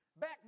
back